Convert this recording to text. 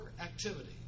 activity